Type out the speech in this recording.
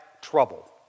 trouble